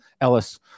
Ellis